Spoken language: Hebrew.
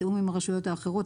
בתיאום עם הרשויות האחרות,